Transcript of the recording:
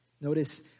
Notice